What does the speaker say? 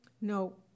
No